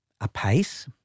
apace